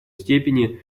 степени